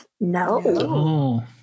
No